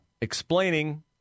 explaining